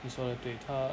你说的对他